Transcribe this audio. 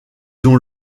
dont